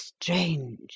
strange